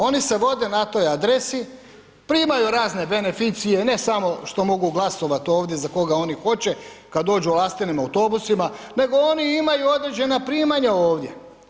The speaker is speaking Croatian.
Oni se vode na toj adresi, primaju razne beneficije ne samo što mogu glasovati ovdje za koga oni hoće kad dođu Lastinim autobusima nego oni imaju određena primanja ovdje.